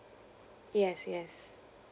yes yes